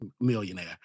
millionaire